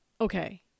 okay